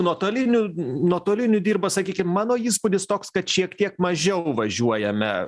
nuotoliniu nuotoliniu dirba sakykim mano įspūdis toks kad šiek tiek mažiau važiuojame